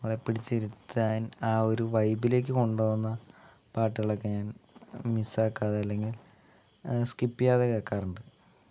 നമ്മളെ പിടിച്ചിരുത്താൻ ആ ഒരു വൈബിലേക്ക് കൊണ്ട് പോകുന്ന പാട്ടുകളൊക്കെ ഞാൻ മിസ്സാക്കാതെ അല്ലെങ്കിൽ സ്ക്കിപ്പ് ചെയ്യാതെ കേൾക്കാറുണ്ട്